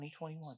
2021